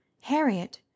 Harriet